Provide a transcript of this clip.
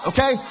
Okay